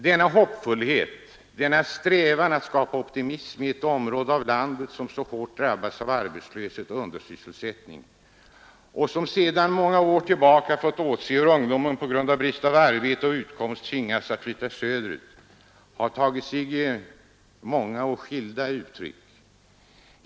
Denna hoppfullhet, denna strävan att skapa optimism i ett område av landet som så hårt drabbats av arbetslöshet och undersysselsättning och som sedan många år tillbaka fått åse hur ungdomen på grund av brist på arbete och utkomst tvingats att flytta söderut har tagit sig många och skilda uttryck.